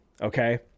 okay